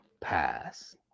pass